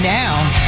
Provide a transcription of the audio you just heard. now